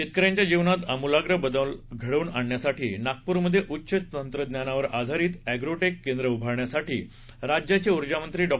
शेतकऱ्यांच्या जीवनात आमुलाग्र बदल घडवून आणण्यासाठी नागपूरमध्ये उच्च तंत्रज्ञानावर आधारित एग्रोटेक केंद्र उभारण्यासाठी राज्याचे ऊर्जा मंत्री डॉ